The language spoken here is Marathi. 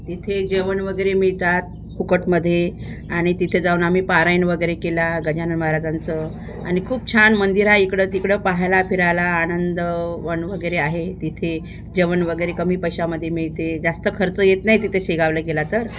तिथे जेवण वगैरे मिळतात फुकटमध्ये आणि तिथे जाऊन आम्ही पारायण वगैरे केला गजानन महाराजांचं आणि खूप छान मंदिर आहे इकडं तिकडं पाहायला फिरायला आनंदवन वगैरे आहे तिथे जेवण वगैरे कमी पैशामध्ये मिळते जास्त खर्च येत नाही तिथे शेगावला गेला तर